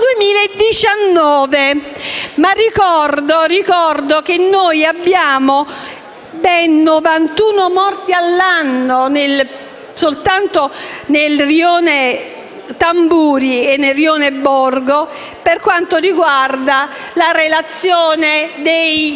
2019. Ricordo, però, che noi abbiamo ben 91 morti all'anno soltanto nel rione Tamburi e nel rione Borgo per quanto riguarda la relazione dei